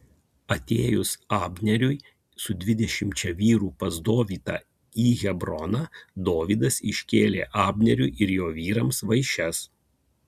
atėjus abnerui su dvidešimčia vyrų pas dovydą į hebroną dovydas iškėlė abnerui ir jo vyrams vaišes